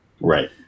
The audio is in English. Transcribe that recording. right